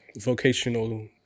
vocational